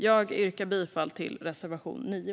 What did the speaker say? Jag yrkar bifall till reservation 9.